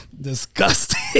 disgusting